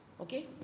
Okay